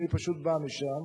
אני פשוט בא משם,